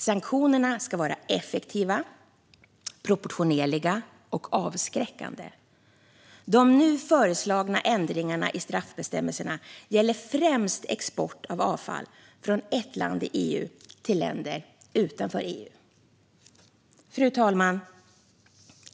Sanktionerna ska vara effektiva, proportionerliga och avskräckande. De nu föreslagna ändringarna i straffbestämmelserna gäller främst export av avfall från ett land i EU till länder utanför EU. Fru talman!